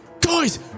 Guys